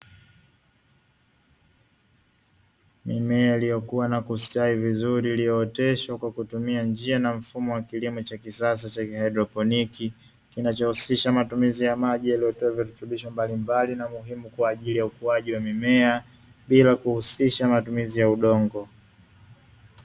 Mimea iliyokuwa na kustawi vizuri iliyooteshwa kwa kutumia njia na mfumo wa kilimo cha kisasa cha haidroponi, kinachohusisha matumizi ya maji yaliyotiwa virutubisho mbalimbali na muhimu kwa ajili ya ukuaji wa mimea bila kuhusisha matumizi ya udongo.